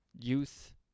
Youth